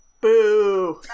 Boo